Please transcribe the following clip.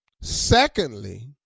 Secondly